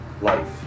life